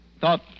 thought